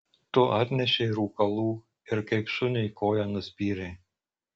tu atnešei rūkalų ir kaip šuniui koja nuspyrei